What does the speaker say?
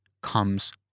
comes